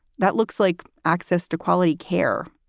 that looks like access to quality care.